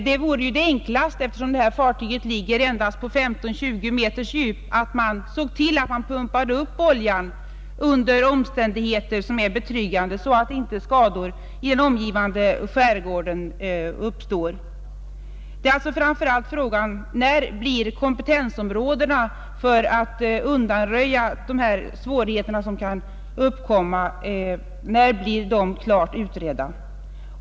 Det enklaste vore väl, eftersom detta fartyg ligger på endast 15—20 meters djup, att man pumpade upp oljan under omständigheter som är betryggande så att skador inte uppstår i den omgivande skärgården. Frågan är framför allt: När blir kompetensområdena på dessa områden klart utredda?